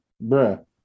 bro